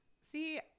See